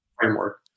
framework